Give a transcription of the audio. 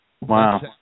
Wow